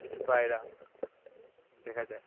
কিছু পায়রা দেখা যায়